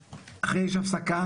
י"ט בכסלו התשפ"ב,